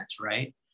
right